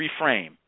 reframe